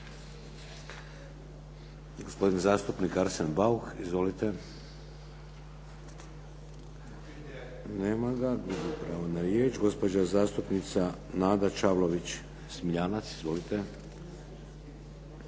Gospodin zastupnik Arsen Bauk, izvolite. Nema ga. Gubi pravo na riječ. Gospođa zastupnica Nada Čavlović Smiljanec. Izvolite.